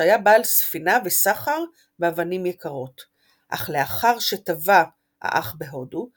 שהיה בעל ספינה וסחר באבנים יקרות; אך לאחר שטבע האח בהודו,